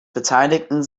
beteiligten